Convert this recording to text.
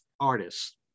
artists